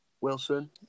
Wilson